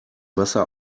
wasser